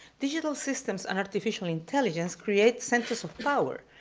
digital systems and artificial intelligence create centers of power,